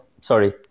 sorry